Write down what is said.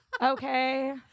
Okay